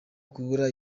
kubura